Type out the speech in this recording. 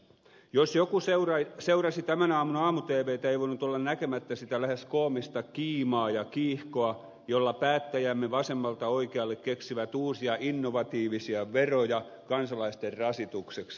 jos joku seurasi tämän aamun aamu tvtä ei voinut olla näkemättä sitä lähes koomista kiimaa ja kiihkoa jolla päättäjämme vasemmalta oikealle keksivät uusia innovatiivisia veroja kansalaisten rasitukseksi